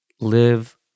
live